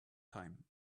time